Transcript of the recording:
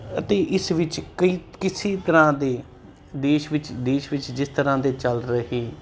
ਅਤੇ ਇਸ ਵਿੱਚ ਕਈ ਕਿਸੇ ਤਰ੍ਹਾਂ ਦੇ ਦੇਸ਼ ਵਿੱਚ ਦੇਸ਼ ਵਿੱਚ ਜਿਸ ਤਰ੍ਹਾਂ ਦੇ ਚੱਲ ਰਹੇ